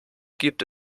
gibt